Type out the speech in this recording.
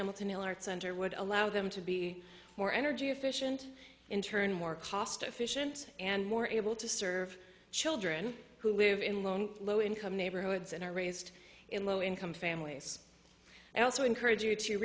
hamilton hill arts center would allow them to be more energy efficient in turn more cost efficient and more able to serve children who live in low low income neighborhoods and are raised in low income families and also encourage you to